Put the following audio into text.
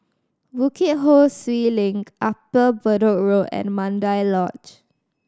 Bukit Ho Swee Link Upper Bedok Road and Mandai Lodge